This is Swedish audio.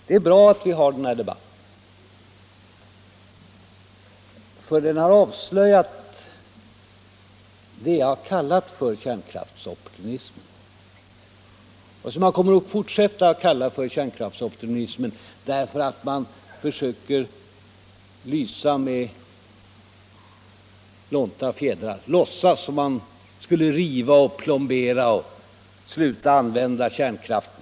Det är bra att vi har den här debatten för den har avslöjat det jag kallat kärnkraftsopportunismen och som jag kommer att fortsätta att kalla för kärnkraftsopportunismen därför att man försöker lysa med lånta fjädrar. Man låtsas att man skulle riva, plombera och sluta använda kärnkraften.